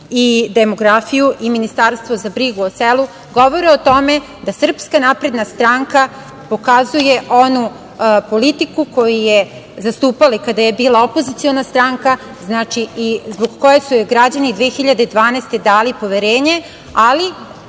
i demografiju i ministarstvo za brigu o selu, govore o tome da SNS pokazuje onu politiku koju je zastupala kada je bila opoziciona stranka i zbog koje su joj građani 2012. godine dali poverenje, ali